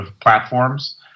platforms